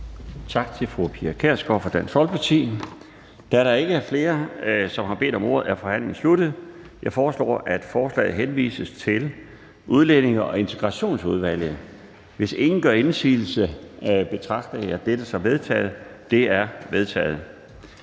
Tak til fru Pia Kjærsgaard fra Dansk Folkeparti. Da der ikke er flere, som har bedt om ordet, er forhandlingen sluttet. Jeg foreslår, at forslaget henvises til Udlændinge- og Integrationsudvalget. Hvis ingen gør indsigelse, betragter jeg det som vedtaget. Det er vedtaget.